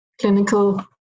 clinical